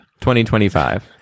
2025